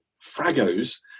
fragos